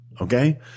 okay